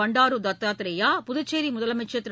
பண்டாரு தத்ராத்ரேயா புதுச்சேரி இந்த முதலமைச்சர் திரு